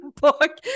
book